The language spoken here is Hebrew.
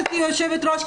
היושבת-ראש,